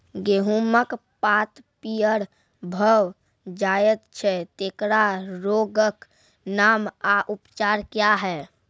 गेहूँमक पात पीअर भअ जायत छै, तेकरा रोगऽक नाम आ उपचार क्या है?